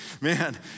man